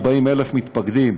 140,000 מתפקדים,